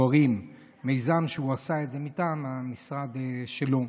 השוברים, מיזם שהוא עשה מטעם המשרד שלו.